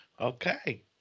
Okay